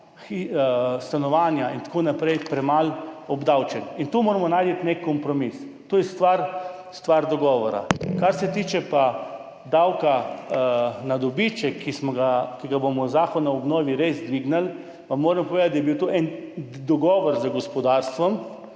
stanovanja in tako naprej, premalo obdavčen. Tu moramo najti nek kompromis, to je stvar dogovora. Kar se tiče pa davka na dobiček, ki ga bomo z zakonom o obnovi res dvignili, pa moram povedati, da je bil to en dogovor z gospodarstvom,